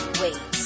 wait